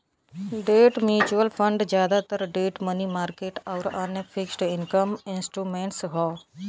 debt mutual fund जादातर debt money market आउर अन्य फिक्स्ड इनकम इंस्ट्रूमेंट्स हौ